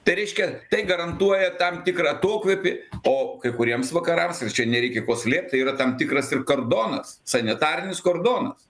tai reiškia tai garantuoja tam tikrą atokvėpį o kai kuriems vakarams ir čia nereikia ko slėpt tai yra tam tikras ir kardonas sanitarinis kordonas